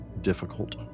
difficult